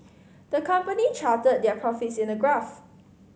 the company charted their profits in a graph